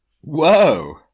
Whoa